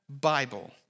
Bible